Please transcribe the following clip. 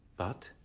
but